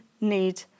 need